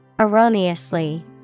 Erroneously